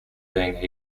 being